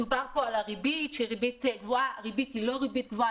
דובר פה על הריבית שהיא ריבית גבוהה הריבית היא לא גבוהה,